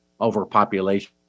overpopulation